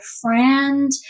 friend